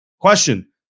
Question